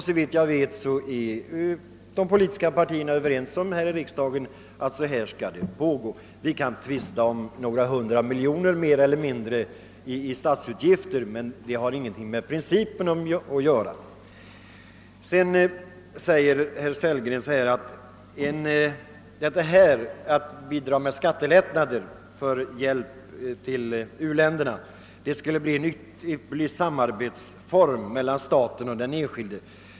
Såvitt jag vet är de politiska partierna i riksdagen överens om att så skall det tillgå. Vi kan visserligen tvista om några hundra miljoner mer eller mindre i statsutgifter, men detta har ingenting med själva principen att göra. Att bidra med skattelättnader för att kunna lämna bistånd till u-länderna, säger herr Sellgren, skulle bli en ypperlig samarbetsform mellan staten och den enskilde.